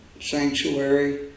sanctuary